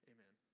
Amen